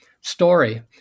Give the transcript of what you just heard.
story